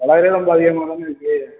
தொள்ளாயிர்ருபா ரொம்ப அதிகமாக தாண்ணே இருக்குது